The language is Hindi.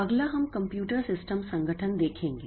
अगला हम कंप्यूटर सिस्टम संगठन देखेंगे